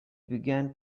began